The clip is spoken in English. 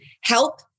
help